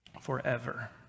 forever